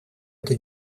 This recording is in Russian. эту